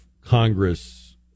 Congress